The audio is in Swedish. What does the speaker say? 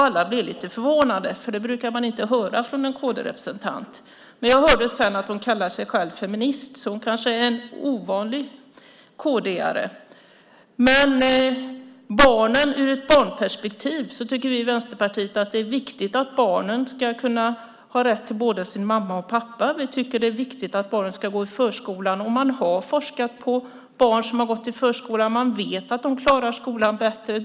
Alla blev lite förvånade, för det brukar man inte höra från en kd-representant. Men jag hörde sedan att hon kallar sig själv för feminist, så hon kanske är en ovanlig kd:are. Ur ett barnperspektiv tycker vi i Vänsterpartiet att det är viktigt att barnen har rätt till både sin mamma och sin pappa. Vi tycker att det är viktigt att barnen ska gå i förskolan. Man har forskat på barn som har gått i förskola. Man vet att de klarar skolan bättre.